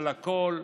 על הכול,